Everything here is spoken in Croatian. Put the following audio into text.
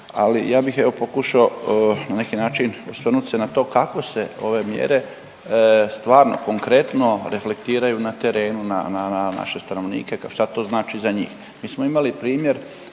ali ja bih evo pokušao osvrnut se na to kako se ove mjere stvarno konkretno reflektiraju na terenu, na naše stanovnike šta to znači za njih.